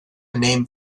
name